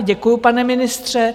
Děkuju, pane ministře.